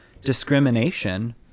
discrimination